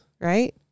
right